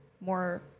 more